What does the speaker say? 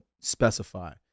specify